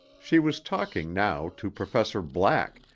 she was talking now to professor black,